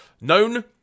known